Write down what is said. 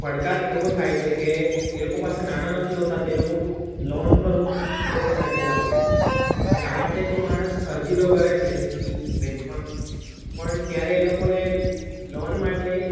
પડકાર એવો થાય છે કે એ લોકો પાસે નાણાં નથી હોતા તે લોકો લોન પર પોતે ટકેલા હોય છે હવે આ માટે તે માણસ અરજી તો કરે છે બેંકમાં પણ ત્યારે એ લોકોને લોન માટે